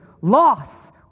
loss